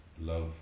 love